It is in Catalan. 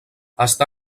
està